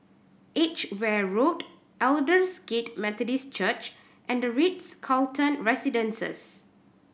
Edgeware Road Aldersgate Methodist Church and The Ritz Carlton Residences